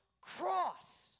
cross